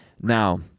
Now